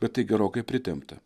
bet tai gerokai pritempta